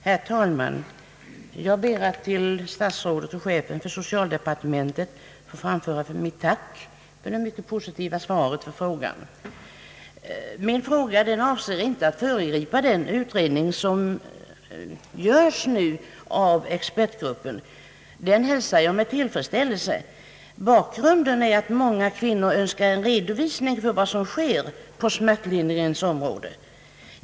Herr talman! Jag ber att till statsrådet och chefen för socialdepartementet få framföra mitt tack för det mycket positiva svaret på frågan. Min fråga avser inte att föregripa den utredning som nu görs av expertgruppen. Den hälsar jag med tillfredsställelse. Bakgrunden är att många kvinnor önskar en redovisning av vad som sker på smärtlindringens område.